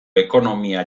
ekonomia